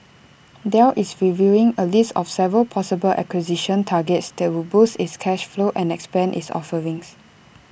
Dell is reviewing A list of several possible acquisition targets that would boost its cash flow and expand its offerings